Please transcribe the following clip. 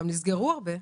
גם נסגרו הרבה.